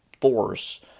force